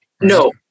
No